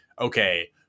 okay